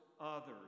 others